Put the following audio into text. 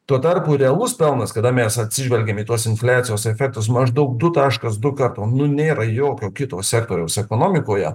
tuo tarpu realus pelnas kada mes atsižvelgiam į tuos infliacijos efektus maždaug du taškas du karto nu nėra jokio kito sektoriaus ekonomikoje